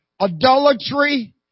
adultery